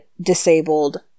disabled